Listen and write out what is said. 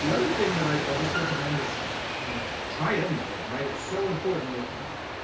the other thing that i just recommend is you know try everything. it's so important that